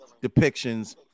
depictions